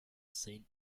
saint